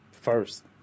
first